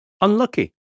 unlucky